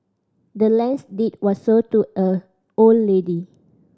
the land's deed was sold to a old lady